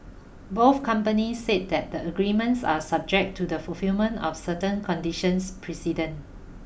both companies said that the agreements are subject to the fulfilment of certain conditions precedent